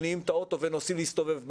מניעים את האוטו ונוסעים להסתובב בארץ.